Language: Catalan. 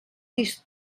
disc